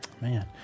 Man